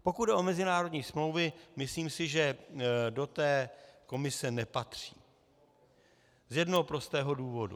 Pokud jde o mezinárodní smlouvy, myslím si, že do té komise nepatří z jednoho prostého důvodu.